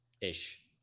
Ish